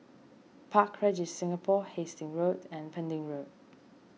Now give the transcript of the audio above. Park Regis Singapore Hastings Road and Pending Road